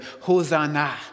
Hosanna